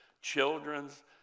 children's